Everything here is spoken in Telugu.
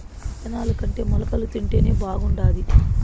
ఇత్తనాలుకంటే మొలకలు తింటేనే బాగుండాది